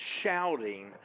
shouting